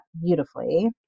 beautifully